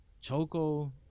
Choco